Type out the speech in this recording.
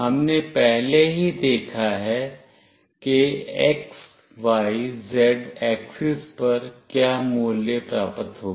हमने पहले ही देखा है कि x y z axis पर क्या मूल्य प्राप्त होगा